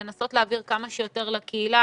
לנסות להעביר כמה שיותר לקהילה.